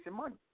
money